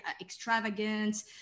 extravagant